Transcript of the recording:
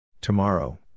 Tomorrow